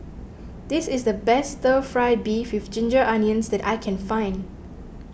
this is the best Stir Fry Beef with Ginger Onions that I can find